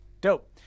Dope